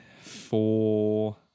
four